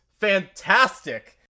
fantastic